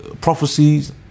prophecies